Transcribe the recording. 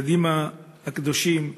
הילדים הקדושים: